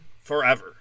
forever